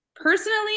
personally